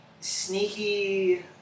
sneaky